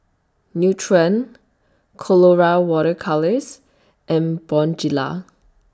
Nutren Colora Water Colours and Bonjela